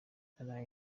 naraye